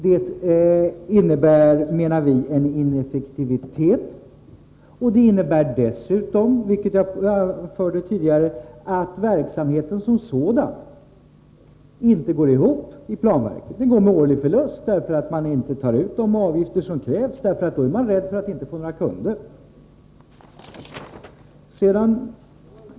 Det innebär ineffektivitet, och det innebär dessutom att verksamheten i planverket inte går ihop, utan den går med en årlig förlust, eftersom man inte tar ut de avgifter som krävs — man är rädd för att inte få några kunder.